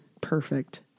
perfect